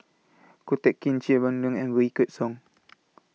Ko Teck Kin Chia Boon Leong and Wykidd Song